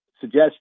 suggest